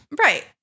Right